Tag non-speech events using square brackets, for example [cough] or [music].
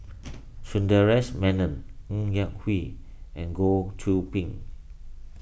[noise] Sundaresh Menon Ng Yak Whee and Goh Qiu Bin